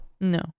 no